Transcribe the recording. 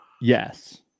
Yes